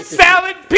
salad